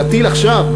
להטיל עכשיו,